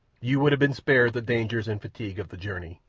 you would have been spared the dangers and fatigue of the journey.